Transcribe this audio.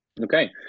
Okay